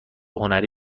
هنری